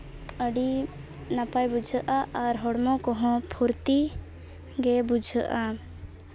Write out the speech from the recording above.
ᱟᱹᱰᱤ ᱱᱟᱯᱟᱭ ᱵᱩᱡᱷᱟᱹᱜᱼᱟ ᱟᱨ ᱦᱚᱲᱢᱚ ᱠᱚᱦᱚᱸ ᱯᱷᱩᱨᱛᱤ ᱜᱮ ᱵᱩᱡᱷᱟᱹᱜᱼᱟ